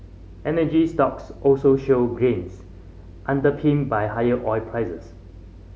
energy stocks also showed gains underpinned by higher oil